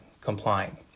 complying